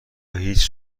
هیچ